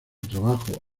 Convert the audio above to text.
trabajo